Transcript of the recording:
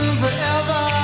forever